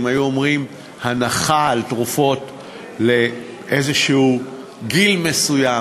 אם היו אומרים: הנחה על תרופות לאיזה גיל מסוים,